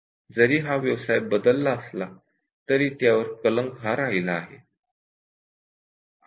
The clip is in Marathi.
पूर्वी हे स्कील बौद्धिकदृष्ट्या कमी कुशलतेचे मानले जायचे परंतु आता ती समज पूर्णपणे बदलले आहे